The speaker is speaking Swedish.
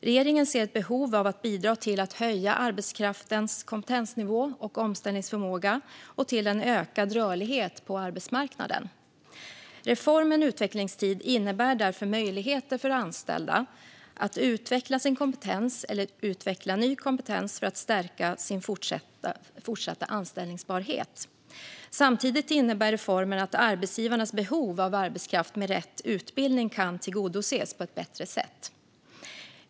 Regeringen ser ett behov av att bidra till att höja arbetskraftens kompetensnivå och omställningsförmåga och till en ökad rörlighet på arbetsmarknaden. Reformen utvecklingstid innebär därför möjligheter för anställda att utveckla sin kompetens eller utveckla ny kompetens för att stärka sin fortsatta anställbarhet. Samtidigt innebär reformen att arbetsgivarnas behov av arbetskraft med rätt utbildning kan tillgodoses på ett bättre sätt.